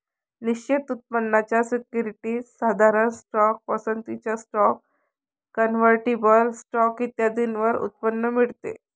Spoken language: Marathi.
निश्चित उत्पन्नाच्या सिक्युरिटीज, साधारण स्टॉक, पसंतीचा स्टॉक, कन्व्हर्टिबल स्टॉक इत्यादींवर उत्पन्न मिळते